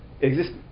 Exist